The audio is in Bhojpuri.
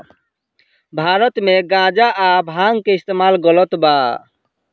भारत मे गांजा आ भांग के इस्तमाल गलत बा